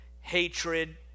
hatred